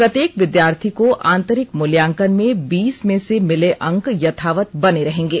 प्रत्येक विद्यार्थी को आंतरिक मूल्यांकन में बीस में से मिले अंक यथावत बने रहेंगे